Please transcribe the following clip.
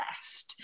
best